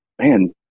man